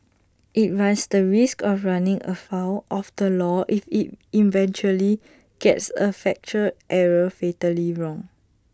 IT runs the risk of running afoul of the law if IT eventually gets A factual error fatally wrong